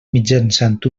mitjançant